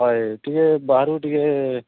ହଏ ଟିକେ ବାହାରୁ ଟିକେ